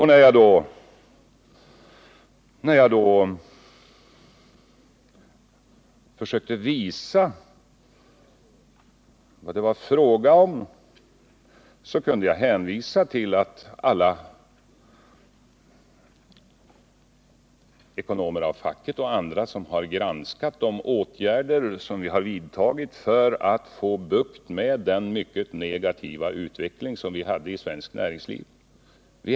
När jag försökte redogöra för vad det var fråga om kunde jag hänvisa till alla de ekonomer av facket och andra som har granskat de åtgärder som vi har vidtagit för att få bukt med den mycket negativa utveckling som svenskt näringsliv hade.